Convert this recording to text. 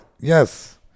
Yes